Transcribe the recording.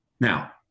Now